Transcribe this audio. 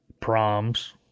Proms